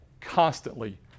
constantly